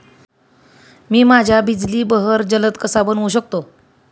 मी माझ्या बिजली बहर जलद कसा बनवू शकतो?